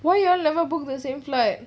why you all never book the same flight